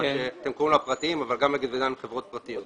מה שאתם קוראים לו הפרטיים אבל אגד וגם דן הן חברות פרטיות.